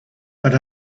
but